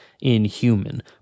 inhuman